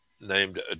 named